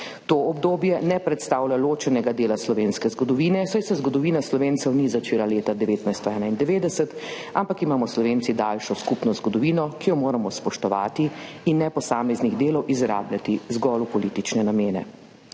To obdobje ne predstavlja ločenega dela slovenske zgodovine, saj se zgodovina Slovencev ni začela leta 1991, ampak imamo Slovenci daljšo skupno zgodovino, ki jo moramo spoštovati, in ne posameznih delov izrabljati zgolj v politične namene.